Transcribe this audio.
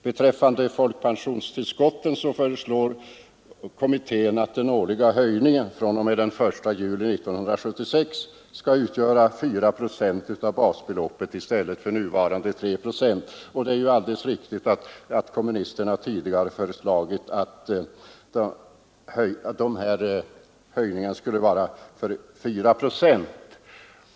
Beträffande folkpensionstillskotten föreslår kommittén att den årliga höjningen från och med den 1 juli 1976 skall utgöra 4 procent av basbeloppet i stället för nuvarande 3 procent. Det är alldeles riktigt att kommunisterna tidigare föreslagit att höjningen skulle vara 4 procent.